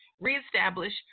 reestablish